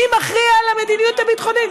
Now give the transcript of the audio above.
מי מכריע על המדיניות הביטחונית?